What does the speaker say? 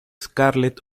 scarlett